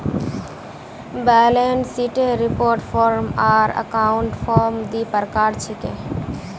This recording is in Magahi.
बैलेंस शीटेर रिपोर्ट फॉर्म आर अकाउंट फॉर्म दी प्रकार छिके